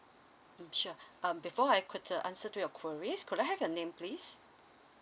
mm sure um before I could uh answer to your queries could I have your name please